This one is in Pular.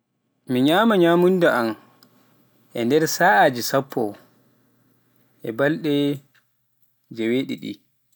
mi nyama nyamunda e nder sa'aji sappo e balɗe jeewe ɗiɗi.